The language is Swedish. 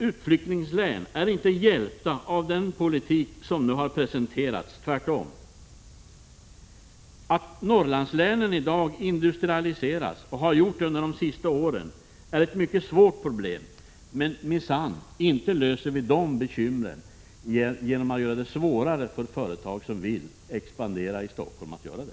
Utflyttningslänen är inte hjälpta av den regionalpolitik som nu har presenterats, tvärtom. Att Norrlandslänen i dag avindustrialiseras och att så har varit fallet under de senaste åren är ett mycket svårt problem, men, minsann, inte löser vi de bekymren genom att göra det svårare för företag som vill expandera i Stockholm att göra det!